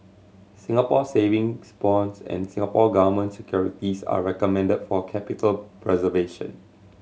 Singapore Savings Bonds and Singapore Government Securities are recommended for capital preservation